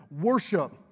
Worship